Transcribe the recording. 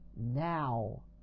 Now